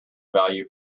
value